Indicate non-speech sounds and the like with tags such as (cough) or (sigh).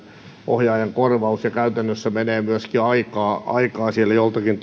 ohjaajan korvaus ja käytännössä menee myöskin aikaa aikaa siellä joltakin (unintelligible)